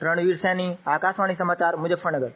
रणवीर सिंह सैनी आकाशवाणी समाचार मुजफ्फरनगर